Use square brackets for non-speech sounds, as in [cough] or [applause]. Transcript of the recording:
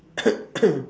[coughs]